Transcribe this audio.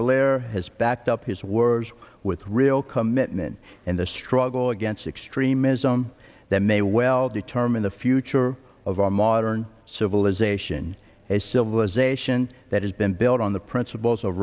blair has backed up his words with real commitment in the struggle against extremism that may well determine the future of our modern civilization a civilization that has been built on the principles of